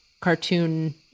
cartoon